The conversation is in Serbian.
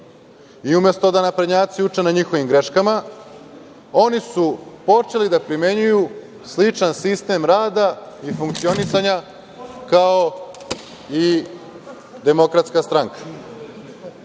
i, umesto da naprednjaci uče na njihovim greškama, oni su počeli da primenjuju sličan sistem rada i funkcionisanja kao i DS.Dakle, nije